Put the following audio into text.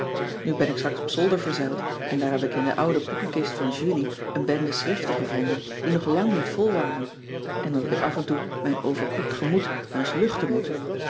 nu ben ik straks op zolder verzeild en daar heb ik in de oude boekenkist van julie een bende schriften gevonden die nog lang niet vol waren en omdat ik af en toe mijn overkropt gemoed wel eens luchten moet